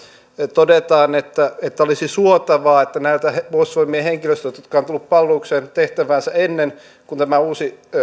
todetaan että että olisi suotavaa että puolustusvoimien henkilöstöltä joka on tullut palvelukseen tehtäväänsä ennen kuin tämä uusi